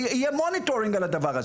יהיה מעקב על הדבר הזה.